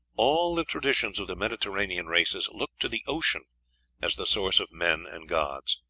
all the traditions of the mediterranean races look to the ocean as the source of men and gods.